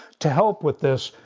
to help with this,